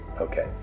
Okay